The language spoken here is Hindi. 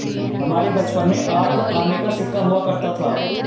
हमारे बचपन में आठ आने का सिक्का हुआ करता था